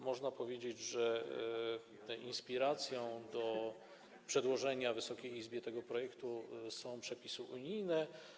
Można powiedzieć, że inspiracją do przedłożenia Wysokiej Izbie tego projektu są przepisy unijne.